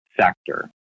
sector